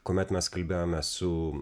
kuomet mes kalbėjome su